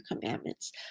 commandments